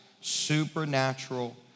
supernatural